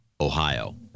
Ohio